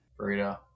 Burrito